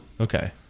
Okay